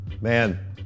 Man